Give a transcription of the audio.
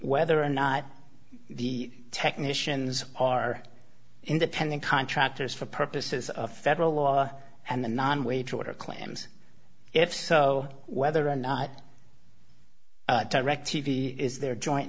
whether or not the technicians are independent contractors for purposes of federal law and the non wage order claims if so whether or not direc t v is their joint